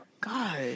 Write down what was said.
God